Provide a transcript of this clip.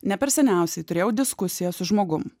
ne per seniausiai turėjau diskusiją su žmogum